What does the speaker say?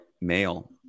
male